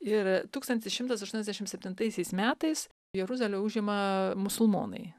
ir tūkstantis šimtas aštuoniasdešim septintaisiais metais jeruzalę užima musulmonai